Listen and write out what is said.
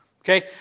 Okay